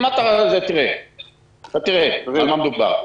אתה תראה על מה מדובר.